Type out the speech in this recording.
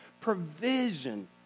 provision